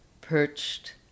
perched